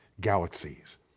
galaxies